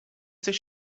coś